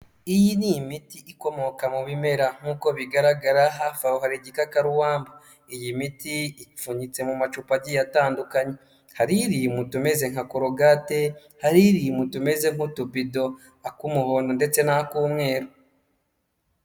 Iyi ni imiti ikomoka mu bimera nk'uko bigaragara hafi aho hari igikakarubamba, iyi miti ipfunyitse mu macupa agiye atandukanye, hari iri mu tumeze nka korogate hari iri mu tumeze nk'utubido ak'umuhondo ndetse n'ak'umweru.